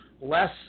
less